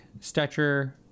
Stetcher